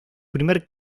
primer